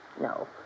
No